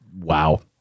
wow